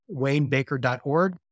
waynebaker.org